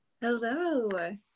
Hello